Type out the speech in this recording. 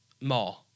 more